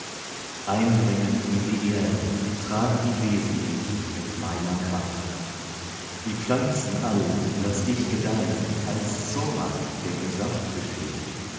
eindringend in die erde trag die wesen ich mit meiner kraft die pflanzen all laß ich gedeihn als soma der im saft besteht